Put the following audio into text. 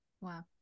Wow